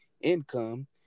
income